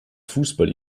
fußball